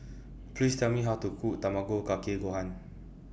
Please Tell Me How to Cook Tamago Kake Gohan